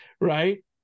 right